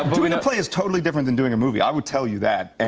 but doing a play is totally different then doing a movie. i will tell you that. and